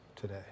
today